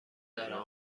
دارم